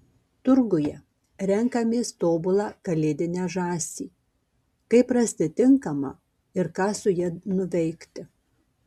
turguje renkamės tobulą kalėdinę žąsį kaip rasti tinkamą ir ką su ja nuveikti